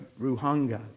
Ruhanga